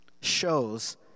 shows